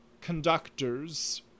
conductors